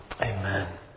Amen